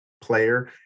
Player